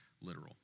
literal